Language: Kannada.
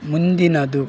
ಮುಂದಿನದು